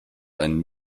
ein